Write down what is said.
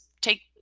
take